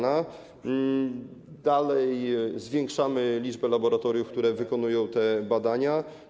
Nadal zwiększamy liczbę laboratoriów, które wykonują te badania.